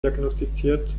diagnostiziert